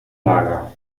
lager